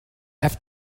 have